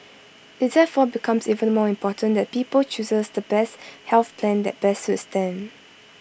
IT therefore becomes even more important that people chooses the best health plan that best suits them